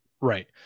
Right